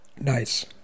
Nice